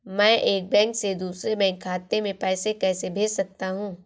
मैं एक बैंक से दूसरे बैंक खाते में पैसे कैसे भेज सकता हूँ?